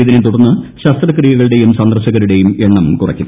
ഇതിനെ തുടർന്ന് ശസ്ത്രക്രിയകളുടെയും സന്ദർശകരുടെയും എണ്ണം കുറയ്ക്കും